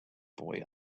boy